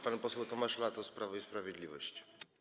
Pan poseł Tomasz Latos, Prawo i Sprawiedliwość.